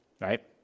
right